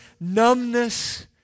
numbness